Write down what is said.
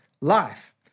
life